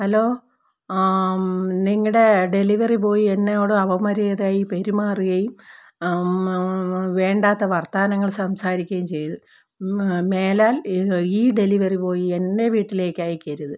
hello നിങ്ങളുടെ delivery boy എന്നോടു അപമര്യാദയായി പെരുമാറുകയും വേണ്ടാത്ത വർത്താനങ്ങൾ സംസാരിക്കുകയും ചെയ്തു മേ മേലാൽ ഈ ഡെലിവറി ബോയിയെ എൻ്റെ വീട്ടിലേക്കയക്കരുത്